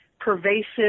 pervasive